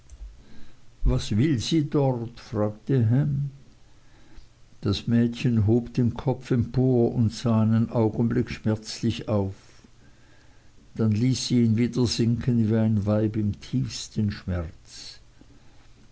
was will sie dort fragte ham das mädchen hob den kopf empor und sah einen augenblick schmerzlich auf dann ließ sie ihn wieder sinken wie ein weib im tiefsten schmerz